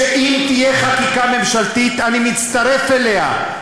שאם תהיה חקיקה ממשלתית אני מצטרף אליה.